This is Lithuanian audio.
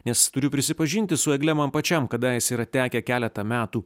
nes turiu prisipažinti su egle man pačiam kadaise yra tekę keletą metų